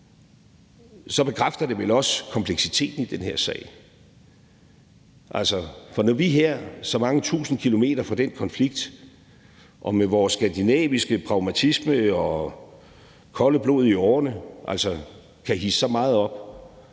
så bekræfter det vel også kompleksiteten i den her sag. Altså, for når vi her så mange tusinde kilometer fra den konflikt og med vores skandinaviske pragmatisme og kolde blod i årerne kan hidse os så meget op,